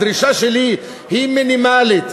שהדרישה שלי היא מינימלית,